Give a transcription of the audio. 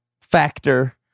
factor